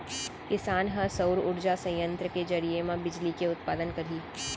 किसान ह सउर उरजा संयत्र के जरिए म बिजली के उत्पादन करही